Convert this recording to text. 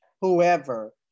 whoever